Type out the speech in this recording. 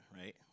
right